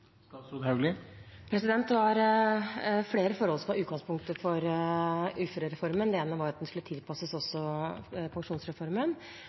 Det var flere forhold som var utgangspunktet for uførereformen. Det ene var at den også skulle tilpasses pensjonsreformen,